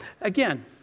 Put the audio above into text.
Again